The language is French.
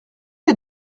est